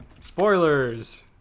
Spoilers